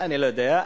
אני לא יודע.